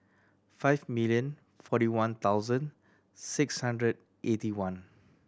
five million forty one thousand six hundred eighty one